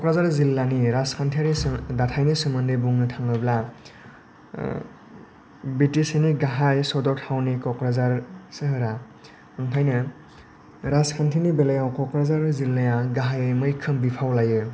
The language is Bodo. क'क्राझार जिल्लानि राजखान्थिआरिसो दाथायनि सोमोन्दै बुंनो थाङोब्ला बिटिसिनि गाहाइ सदर थावनि क'क्राझार सोहोरा ओंखायनो राजखान्थिनि बेलायाव क'क्राझार जिल्लाया गाहायै मैखोम बिफाव लायो